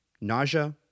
nausea